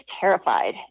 terrified